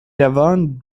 devint